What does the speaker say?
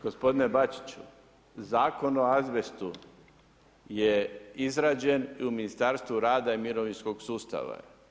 Gospodine Bačiću Zakon o azbestu je izrađen u Ministarstvu rada i mirovinskog sustava.